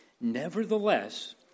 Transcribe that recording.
Nevertheless